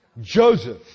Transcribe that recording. Joseph